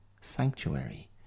sanctuary